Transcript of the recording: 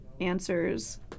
answers